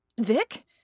Vic